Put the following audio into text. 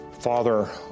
Father